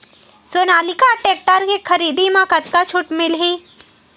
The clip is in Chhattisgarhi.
सोनालिका टेक्टर के खरीदी मा कतका छूट मीलही?